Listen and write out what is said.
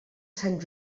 sant